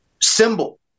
symbol